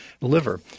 liver